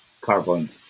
carbon